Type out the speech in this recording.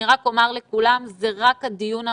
אני רק אומר לכולם, זה רק הדיון הראשון,